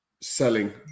selling